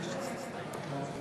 הצעת החוק לא נתקבלה.